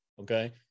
okay